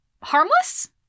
harmless